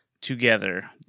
together